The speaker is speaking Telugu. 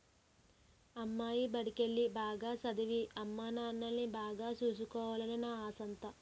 అమ్మాయి బడికెల్లి, బాగా సదవి, అమ్మానాన్నల్ని బాగా సూసుకోవాలనే నా ఆశంతా